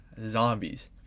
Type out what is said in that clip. zombies